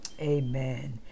Amen